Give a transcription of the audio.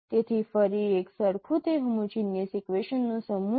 તેથી ફરી એક સરખું તે હોમોજીનીયસ ઇક્વેશનસ નો સમૂહ છે